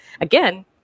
again